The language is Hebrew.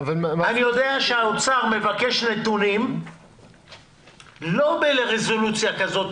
אני יודע שהאוצר מבקש נתונים לא ברזולוציה כזאת